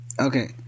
Okay